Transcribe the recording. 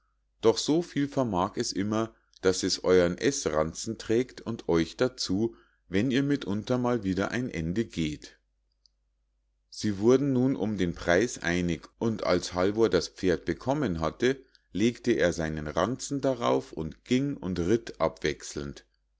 doch so viel vermag es immer daß es euern eßranzen trägt und euch dazu wenn ihr mitunter mal wieder ein ende geht sie wurden nun um den preis einig und als halvor das pferd bekommen hatte legte er seinen ranzen darauf und ging und ritt abwechselnd